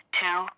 two